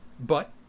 But